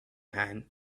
hand